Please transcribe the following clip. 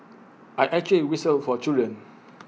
I actually whistle for children